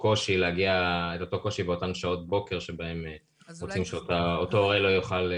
קושי להגיע באותן שעות בוקר שבהן אותו הורה לא יוכל,